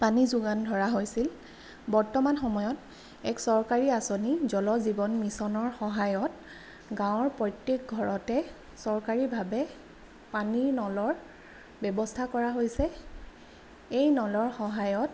পানী যোগান ধৰা হৈছিল বৰ্তমান সময়ত এক চৰকাৰী আঁচনি জল জীৱন মিচনৰ সহায়ত গাঁৱৰ প্ৰত্যেক ঘৰতে চৰকাৰীভাৱে পানী নলৰ ব্যৱস্থা কৰা হৈছে এই নলৰ সহায়ত